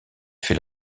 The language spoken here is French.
fait